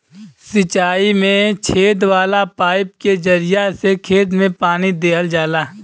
सिंचाई में छेद वाला पाईप के जरिया से खेत में पानी देहल जाला